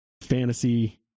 fantasy